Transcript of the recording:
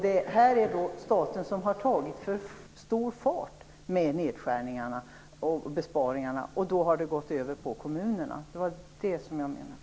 Det är då staten som har haft för hög fart med nedskärningarna och besparingarna, och då har det gått över på kommunerna. Det var det jag menade.